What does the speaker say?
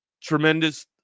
tremendous